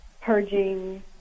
purging